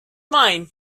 mine